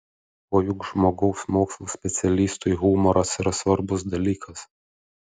o juk žmogaus mokslų specialistui humoras yra svarbus dalykas